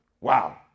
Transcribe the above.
Wow